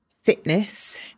fitness